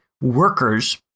workers